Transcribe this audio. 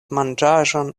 manĝaĵon